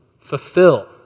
Fulfill